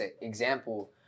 example